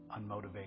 unmotivated